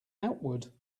outward